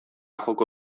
joko